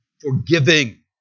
forgiving